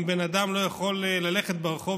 אם בן אדם לא יכול ללכת ברחוב,